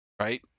right